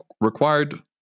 required